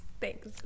Thanks